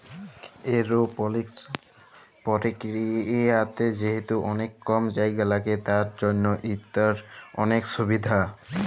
এরওপলিকস পরকিরিয়াতে যেহেতু অলেক কম জায়গা ল্যাগে তার জ্যনহ ইটর অলেক সুভিধা